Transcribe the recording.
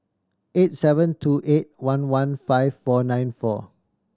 eight seven two eight one one five four nine four